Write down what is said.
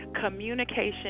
communication